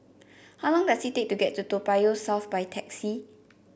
how long does it take to get to Toa Payoh South by taxi